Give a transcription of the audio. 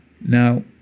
Now